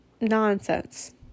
nonsense